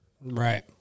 Right